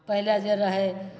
पहिले जे रहै